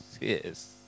Yes